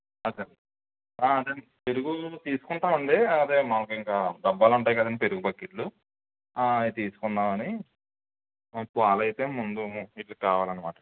అదే అదే అండి పెరుగు తీసుకుంటాం అండి అదే మనకు ఇంకా డబ్బాలు ఉంటాయి కదండి పెరుగు బకెట్లు అవి తీసుకుందామని పాలు అయితే ముందు వాటికి కావాలి అన్నమాట